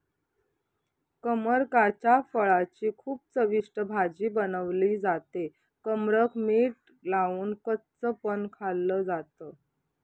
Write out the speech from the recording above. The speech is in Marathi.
कमरकाच्या फळाची खूप चविष्ट भाजी बनवली जाते, कमरक मीठ लावून कच्च पण खाल्ल जात